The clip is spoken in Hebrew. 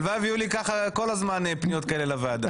הלוואי ויהיו לי ככה כל הזמן פניות כאלה לוועדה.